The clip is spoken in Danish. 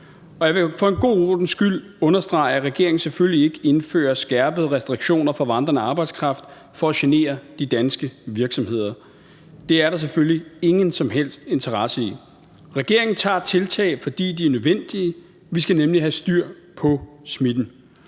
Jeg vil for god ordens skyld understrege, at regeringen selvfølgelig ikke indfører skærpede restriktioner for vandrende arbejdskraft for at genere de danske virksomheder. Det er der selvfølgelig ingen som helst interesse i. Regeringen tager tiltag, fordi de er nødvendige. Vi skal nemlig have styr på smitten.